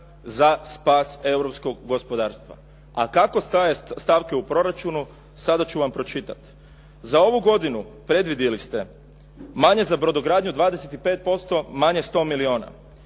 za spas europskog gospodarska. A kako stoje stavke u proračunu, sada ću vam pročitat. Za ovu godinu predvidjeli ste manje za brodogradnju 25%, manje 100 milijuna.